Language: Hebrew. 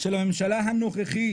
של הממשלה הנוכחית,